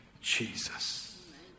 Jesus